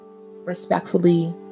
respectfully